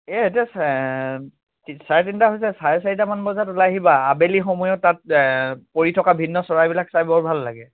এই এতিয়া চাৰে তিনিটা হৈছে চাৰে চাৰিটামান বজাত ওলাই আহিবা আবেলি সময়ত তাত পৰি থকা ভিন্ন চৰাইবিলাক চাই বৰ ভাল লাগে